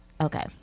Okay